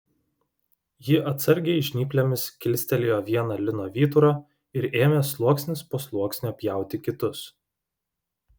ji atsargiai žnyplėmis kilstelėjo vieną lino vyturą ir ėmė sluoksnis po sluoksnio pjauti kitus